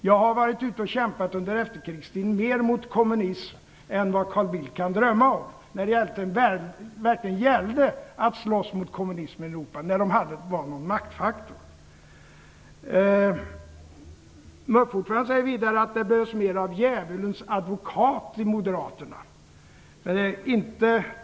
Jag har under efterkrigstiden varit ute och kämpat mer mot kommunism än vad Carl Bildt kan drömma om när det verkligen gällde att slåss mot kommunismen i Europa då kommunisterna var en maktfaktor. MUF-ordföranden säger vidare att det behövs mer av djävulens advokat inom moderaterna.